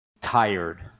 tired